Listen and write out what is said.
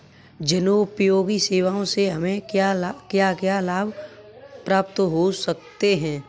जनोपयोगी सेवा से हमें क्या क्या लाभ प्राप्त हो सकते हैं?